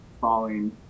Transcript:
falling